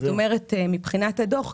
מבחינת הדוח,